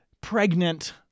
pregnant